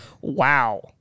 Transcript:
Wow